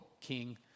king